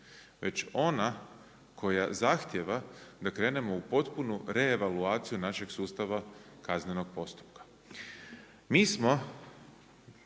već ona koja zahtijeva da krenemo u potpuno reavulaciju našeg sustava kaznenog postupka. Mi smo